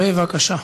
בבקשה.